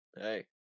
hey